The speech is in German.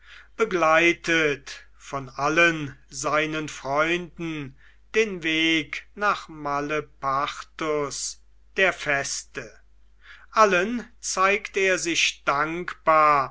begleitet von allen seinen freunden den weg nach malepartus der feste allen zeigt er sich dankbar